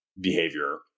behavior